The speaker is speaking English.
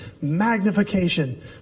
magnification